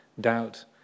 doubt